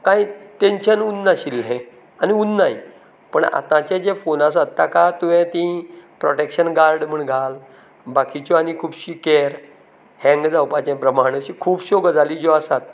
कांय टेन्शन उन्ना आशिल्लें आनी उन्नाय पूण आतांचें जें फोन आसाय ताका तुवें ती प्रोटेक्शन गार्ड म्हणून घाल बाकीच्यो आनी खुबशीं केर हेंग्ग जावपाचें प्रमाण अश्यो खुबश्यो गजाली ज्यो आसात